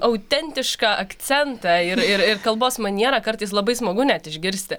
autentišką akcentą ir ir ir kalbos manierą kartais labai smagu net išgirsti